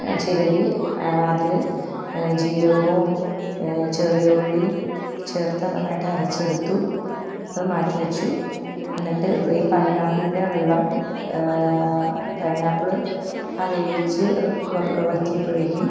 ചിരവി അതിൽ ജീരകവും ചെറിയ ഉള്ളി ചേർത്ത് നന്നായിട്ട് അരച്ചെടുത്തു അത് മാറ്റി വെച്ചു എന്നിട്ട് ഈ പൈനാപ്പിളിൻ്റെ വെള്ളം പൈനാപ്പിള് വേവിച്ച് അത് വറ്റിയപ്പോഴേക്കും